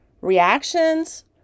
reactions